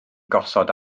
gosod